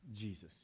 Jesus